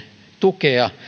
tukea